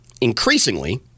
Increasingly